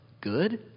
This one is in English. good